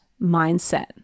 mindset